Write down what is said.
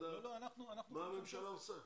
לדעת מה הממשלה עושה.